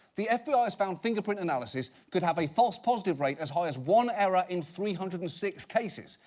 the fbi ah has found fingerprint analysis could have a false positive rate as high as one error in three hundred and six cases.